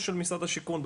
או של משרד השיכון,